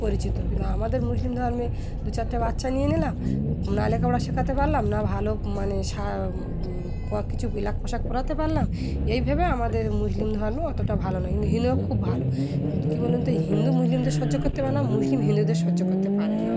পরিচিত কিন্তু আমাদের মুসলিম ধর্মে দু চারটে বাচ্চা নিয়ে নিলাম না লেখাপড়া শেখাতে পারলাম না ভালো মানে সা কিছু এলাক পোশাক পরাতে পারলাম এইভোবে আমাদের মুসলিম ধর্ম অতটা ভালো নয় কিন্তু হিন্দুরা খুব ভালো কী বলুন তো হিন্দু মুসলিমদের সহ্য করতে পারে না মুসলিম হিন্দুদের সহ্য করতে পারে না